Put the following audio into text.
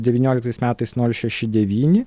devynioliktais metais nol šeši devyni